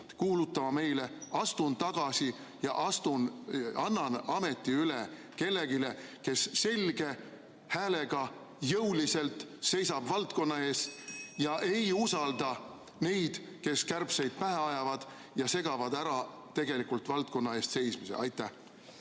kuulutama: astun tagasi ja annan ameti üle kellelegi, kes selge häälega, jõuliselt seisab valdkonna eest ega usalda neid, kes kärbseid pähe ajavad ja segavad selle ära tegelikult valdkonna eest seismisega. Aitäh,